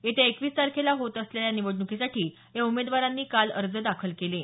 येत्या एकवीस तारखेला होत असलेल्या या निवडणुकीसाठी या उमेदवारांनी काल अर्ज दाखल केले आहेत